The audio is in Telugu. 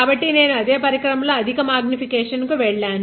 కాబట్టి నేను అదే పరికరం లో అధిక మాగ్నిఫికేషన్ కు వెళ్లాను